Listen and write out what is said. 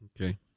Okay